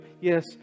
Yes